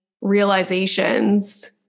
realizations